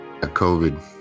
COVID